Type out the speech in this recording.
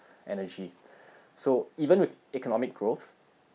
energy so even with economic growth